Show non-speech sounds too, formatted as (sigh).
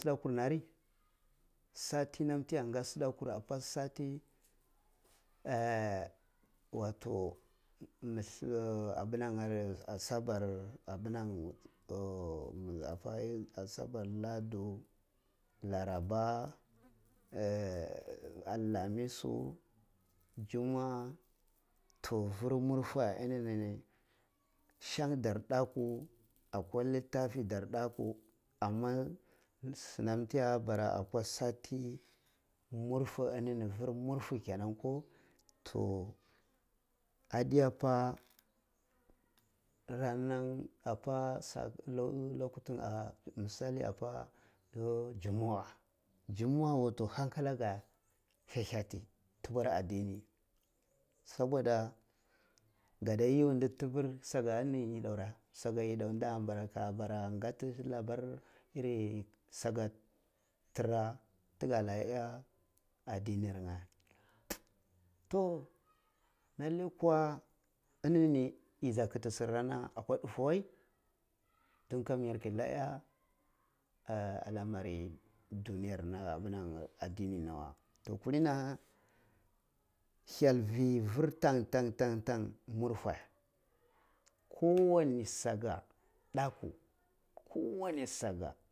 Suda kur nari sati nam tiya sa suda kurnan apa sati (hesitation) (unintelligible) asabar abinari (hesitation) (unintelligible) asabar ladu, laraba and lamisu, jumuwa to vir murfe enini shang dar dakku akwa litafi dar dakku amma sun am tiya bara akwa sati murfe enini, vir murfe kenan ko to adiya pa ranam apa (unintelligible) lokutu uh misali apa jumura, wae, jumuwa wato hankala ga hyaliyati tubur addini saboda gay u nda tipir saka ani yidaurae saka yid au nda mbara ngati labar iris aka tara tuga liha iya addinir ngh to lallai kuwa enini yi dza kiti don sakarna akwa difa wae kamnyar kyi lafia iya un alamari dunyar na ah abira al amari addini nawa to kuli hani hyal vi vir ntang ntang murfe kowam saka dakku kowani saka.